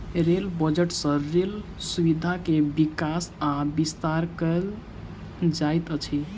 rail budget सँ rail सुविधा के विकास आ विस्तार कयल जाइत अछि